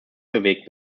bewegt